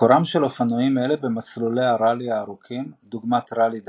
מקורם של אופנועים אלו במסלולי הראלי הארוכים דוגמת ראלי דקר,